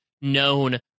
known